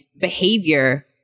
behavior